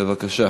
בבקשה.